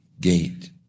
gate